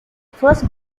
first